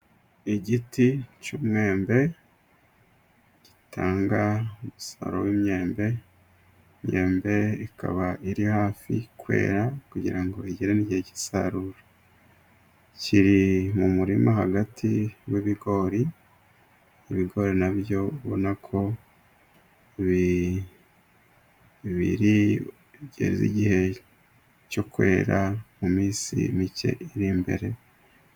Igiti cy'umwembe gitanga umusaruro w'myembe, imyembee ikaba iri hafi kwera kugira ngo igere igihe cy'isarura, kiri mu murima hagati w'ibigori ibigori nabyo ubona ko bibiri bigeze igihe cyo kwera mu minsi mike iri imbere.